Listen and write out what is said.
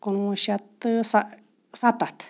کُنوُہ شیٚتھ تہٕ سَہ سَتَتھ